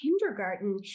kindergarten